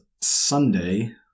Sunday